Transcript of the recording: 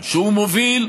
שהוא מוביל,